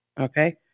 Okay